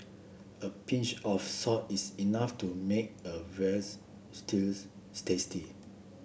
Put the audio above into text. a pinch of salt is enough to make a veal's stew tasty